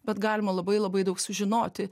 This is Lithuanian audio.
bet galima labai labai daug sužinoti